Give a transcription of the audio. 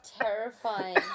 terrifying